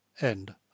End